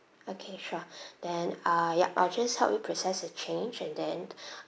okay sure then uh ya I'll just help you process your change and then